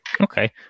Okay